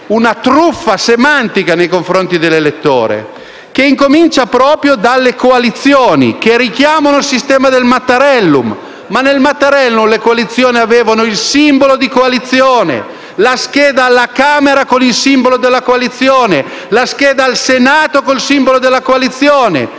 una truffa semantica nei confronti dell'elettore che comincia proprio dalle coalizioni che richiamano il sistema del Mattarellum, ma nel Mattarellum le coalizioni avevano il simbolo di coalizione: la scheda alla Camera con il simbolo della coalizione e la scheda al Senato con il simbolo della coalizione.